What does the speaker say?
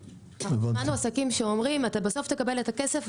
שמענו עסקים שאומרים: "אתה בסוף תקבל את הכסף,